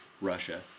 Russia